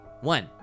one